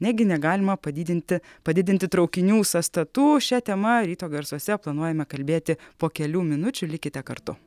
negi negalima padidinti padidinti traukinių sąstatų šia tema ryto garsuose planuojame kalbėti po kelių minučių likite kartu